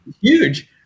Huge